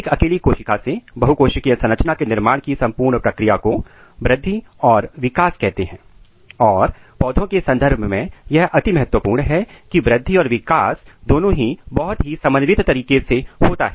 एक अकेली कोशिका से बहुकोशिकीय संरचना के निर्माण की संपूर्ण प्रक्रिया को वृद्धि और विकास कहते हैं और पौधों के संदर्भ में यह अति महत्वपूर्ण है की वृद्धि और विकास दोनों ही बहुत ही समन्वित तरीके से होता है